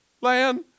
land